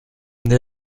une